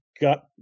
got